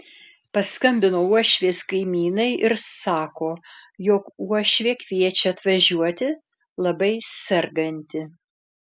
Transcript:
paskambino uošvės kaimynai ir sako jog uošvė kviečia atvažiuoti labai serganti